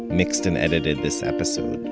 mixed and edited this episode,